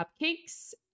cupcakes